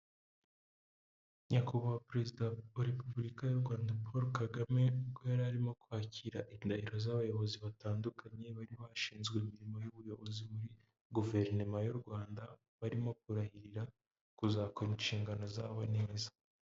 Nyakubahwa perezida wa repubulika y'u Rwanda Paul Kagame ubwo yari arimo kwakira indahiro z'abayobozi batandukanye bari bashinzwe imirimo y'ubuyobozi muri guverinema y'u Rwanda barimo kurahirira kuzakora inshingano zabo neza.